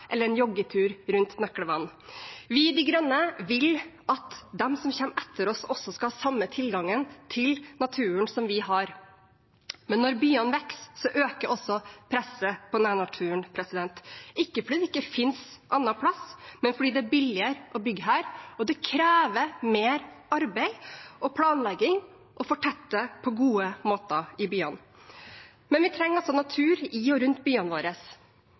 eller en joggetur rundt Nøklevann. Vi i De Grønne vil at de som kommer etter oss, skal ha den samme tilgangen til naturen som vi har. Men når byene vokser, øker også presset på nærnaturen, ikke fordi det ikke finnes plass et annet sted, men fordi det er billigere å bygge her, og fordi det krever mer arbeid og planlegging å fortette på gode måter i byene. Vi trenger natur i og rundt byene våre.